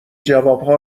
جوابها